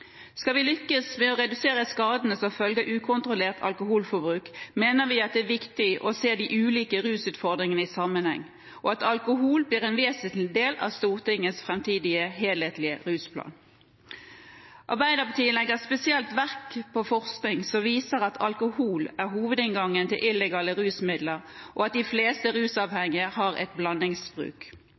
Skal vi lykkes med å redusere skadene som følge av ukontrollert alkoholforbruk, mener vi det er viktig å se de ulike rusutfordringene i sammenheng, og at alkohol blir en vesentlig del av Stortingets framtidige helhetlige rusplan. Arbeiderpartiet legger spesielt vekt på forskning som viser at alkohol er hovedinngangen til illegale rusmidler, og at de fleste rusavhengige har et blandingsbruk.